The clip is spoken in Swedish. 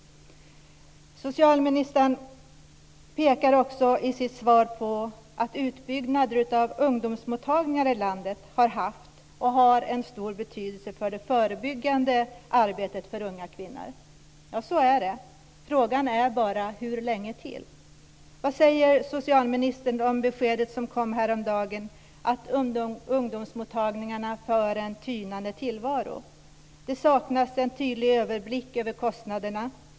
Socialministern pekar också i sitt svar på att utbyggnader av ungdomsmottagningar i landet har haft och har en stor betydelse för det förebyggande arbetet när det gäller unga kvinnor. Så är det. Frågan är bara hur länge till. Vad säger socialministern om det besked som kom häromdagen om att ungdomsmottagningarna för en tynande tillvaro? Det saknas en tydlig överblick över kostnaderna.